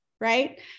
right